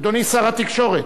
אדוני שר התקשורת.